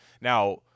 Now